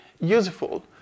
useful